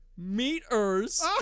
meeters